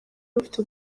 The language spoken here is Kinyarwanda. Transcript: rufite